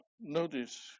notice